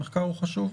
המחקר הוא חשוב.